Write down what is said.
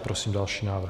Prosím další návrh.